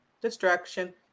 Distraction